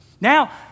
Now